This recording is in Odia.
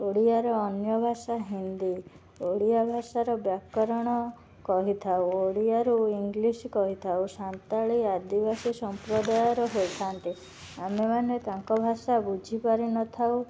ଓଡ଼ିଆର ଅନ୍ୟ ଭାଷା ହିନ୍ଦୀ ଓଡ଼ିଆ ଭାଷାର ବ୍ୟାକରଣ କହିଥାଉ ଓଡ଼ିଆରୁ ଇଂଲିଶ କହିଥାଉ ସାନ୍ତାଳୀ ଆଦିବାସୀ ସମ୍ପ୍ରଦାୟର ହେଇଥାନ୍ତି ଆମେମାନେ ତାଙ୍କ ଭାଷା ବୁଝିପାରି ନଥାଉ